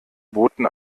boten